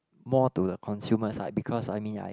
more to the consumer side because I mean I